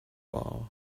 bar